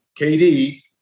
KD